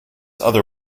other